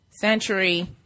century